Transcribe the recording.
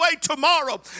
tomorrow